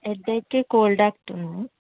హెడేక్కి cold ఆక్ట్ ఉంది